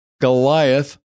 Goliath